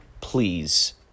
please